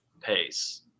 pace